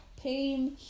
pain